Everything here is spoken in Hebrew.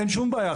אין שום בעיה.